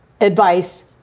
advice